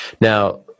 Now